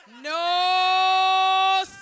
No